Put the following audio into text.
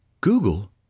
Google